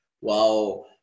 Wow